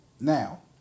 Now